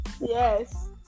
Yes